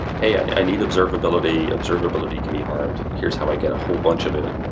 hey, i need observability. observability can be hard. here's how i get a whole bunch of it,